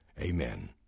Amen